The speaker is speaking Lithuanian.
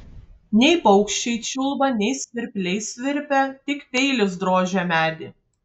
nei paukščiai čiulba nei svirpliai svirpia tik peilis drožia medį